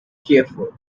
careful